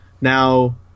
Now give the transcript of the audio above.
now